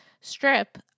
Strip